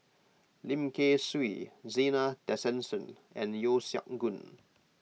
Lim Kay Siu Zena Tessensohn and Yeo Siak Goon